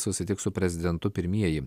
susitiks su prezidentu pirmieji